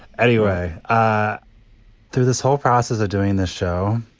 anyway, ah through this whole process of doing this show,